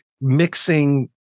mixing